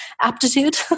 aptitude